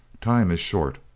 time is short.